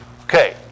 Okay